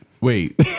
wait